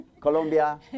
Colombia